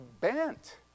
bent